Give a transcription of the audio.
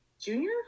junior